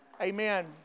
Amen